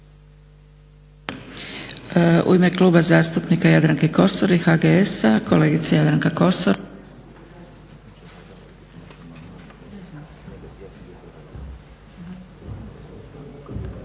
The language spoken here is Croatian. U ime Kluba zastupnika Jadranke Kosor i HGS-a, kolegica Jadranka Kosor.